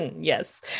Yes